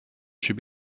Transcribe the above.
should